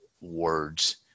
words